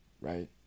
right